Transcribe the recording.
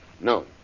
No